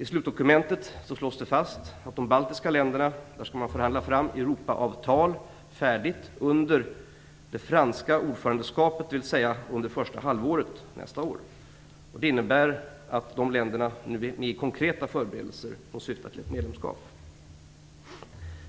I slutdokumentet slås det fast att det för de baltiska länderna skall förhandlas fram ett under första halvåret nästa år. Detta innebär att de länderna nu är med i konkreta förberedelser som syftar till ett medlemskap.